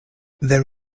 there